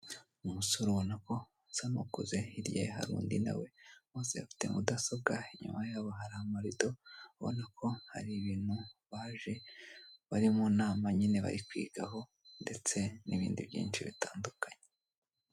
Umusore ubona ko usa nk'ukuze hirya ye harundi nawe bose bafite mudasobwa inyuma yabo hari amarido ubona ko hari ibintu baje bari mu nama nyine bari kwigaho ndetse nibindi byinshi bitandukanye.